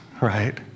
right